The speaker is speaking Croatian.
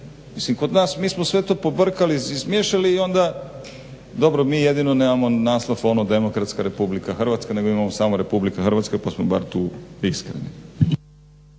Mislim kod nas mi smo sve to pobrkali i izmiješali i onda mi jedino nemamo naslov ono demokratska RH nego imamo RH pa smo bar tu iskreni.